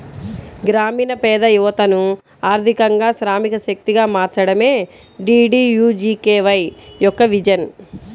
గ్రామీణ పేద యువతను ఆర్థికంగా శ్రామిక శక్తిగా మార్చడమే డీడీయూజీకేవై యొక్క విజన్